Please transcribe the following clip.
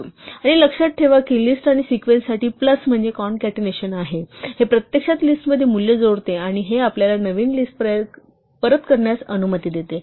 आणि लक्षात ठेवा की लिस्ट आणि सिक्वेन्ससाठी प्लस म्हणजे काँकॅटेनेशन आहेत हे प्रत्यक्षात लिस्टमध्ये मूल्य जोडते आणि हे आपल्याला नवीन लिस्ट परत करण्यास अनुमती देते